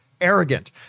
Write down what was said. Arrogant